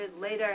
later